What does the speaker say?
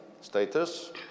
status